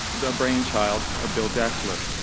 the brainchild of bill destler.